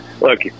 look